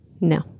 No